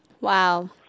Wow